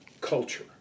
culture